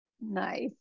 Nice